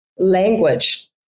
Language